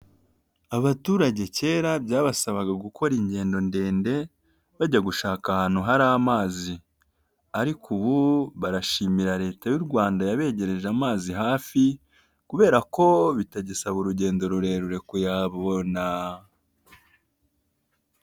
Abaturage kera byabasabaga gukora ingendo ndende bajya gushaka ahantu hari amazi ariko ubu barashimira leta y'u Rwanda yabegereje amazi hafi kubera ko bitagisaba urugendo rurerure kuyabona.